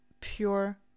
pure